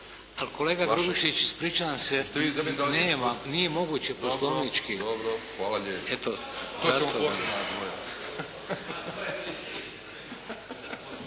Kolega Grubišić, ispričavam se. Nije moguće poslovnički.